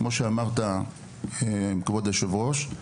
כמו שאמרת כבוד היושב-ראש,